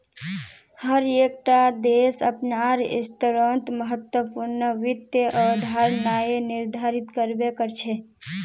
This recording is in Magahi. हर एक टा देश अपनार स्तरोंत महत्वपूर्ण वित्त अवधारणाएं निर्धारित कर बे करछे